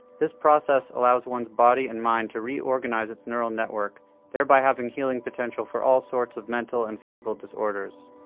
this process allows one's body and mind to reorganize its neural network thereby having healing potential for all sorts of mental and physical disorders.